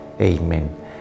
Amen